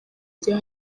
gihe